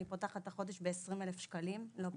ואני פותחת את החודש ב-20 אלף שקלים לא פחות,